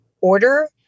order